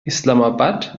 islamabad